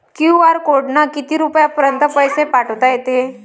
QR कोडनं किती रुपयापर्यंत पैसे पाठोता येते?